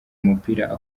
umupira